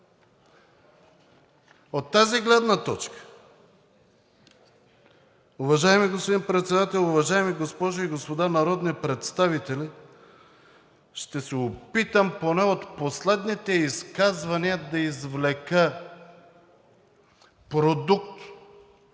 Председател, уважаеми госпожи и господа народни представители, ще се опитам поне от последните изказвания да извлека продукт